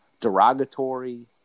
derogatory